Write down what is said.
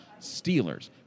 Steelers